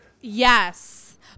Yes